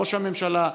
ראש הממשלה,